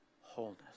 wholeness